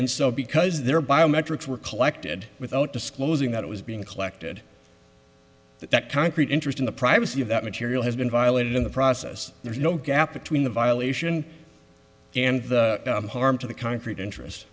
and so because there are biometrics were collected without disclosing that it was being collected that concrete interest in the privacy of that material has been violated in the process there's no gap between the violation and the harm to the concrete interest